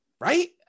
Right